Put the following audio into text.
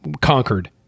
conquered